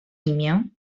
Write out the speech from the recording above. imię